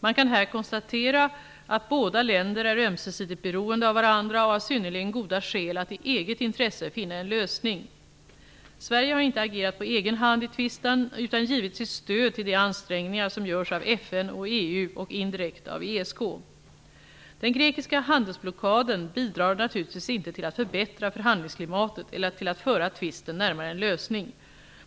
Man kan här konstatera att båda länder är ömsesidigt beroende av varandra och har synnerligen goda skäl att i eget intresse finna en lösning. Sverige har inte agerat på egen hand i tvisten utan givit sitt stöd till de ansträngningar som görs av FN och EU och indirekt av ESK. Den grekiska handelsblockaden bidrar naturligtvis inte till att förbättra förhandlingsklimatet eller till att föra tvisten närmare en lösning.